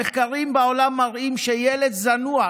המחקרים בעולם מראים שילד זנוח